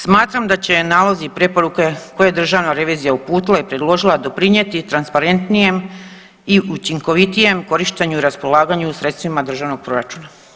Smatram da će nalozi i preporuke koje je Državna revizija uputila i predložila doprinijeti transparentnijem i učinkovitijem korištenjem i raspolaganju sredstvima državnog proračuna.